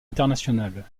internationale